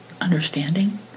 understanding